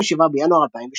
27 בינואר 2008